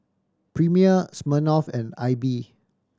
Premier Smirnoff and Aibi